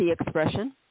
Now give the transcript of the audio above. expression